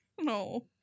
No